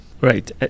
Right